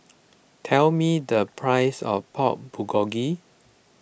tell me the price of Pork Bulgogi